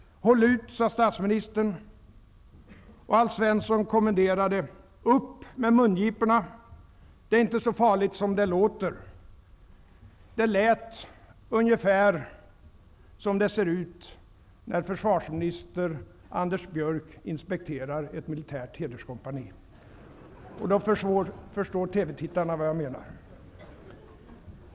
Håll ut! sade statsministern. Och Alf Svensson kommenderade: Upp med mungiporna, det är inte så farligt som det låter. Det lät ungefär som när försvarsminister Anders Björck inspekterar ett militärt hederskompani. Då förstår TV-tittarna vad jag menar.